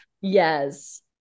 Yes